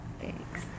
Thanks